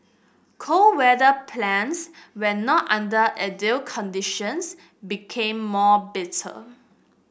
cold weather plants when not under ideal conditions became more bitter